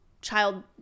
child